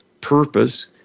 purpose